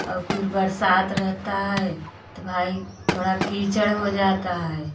अब फिर बरसात रहता है तो भाई थोड़ा कीचड़ हो जाता है